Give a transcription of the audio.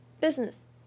business